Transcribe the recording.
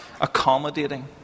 accommodating